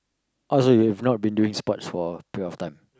oh so you you've not been doing sports for a period of time